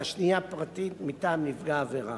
והשנייה פרטית, מטעם נפגע העבירה.